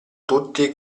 tutti